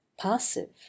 passive